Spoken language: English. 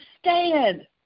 stand